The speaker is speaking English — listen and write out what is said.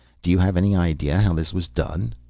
do you have any idea how this was done?